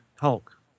Hulk